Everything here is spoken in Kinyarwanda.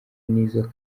nizo